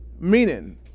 Meaning